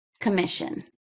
commission